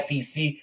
SEC